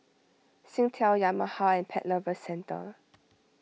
Singtel Yamaha and Pet Lovers Centre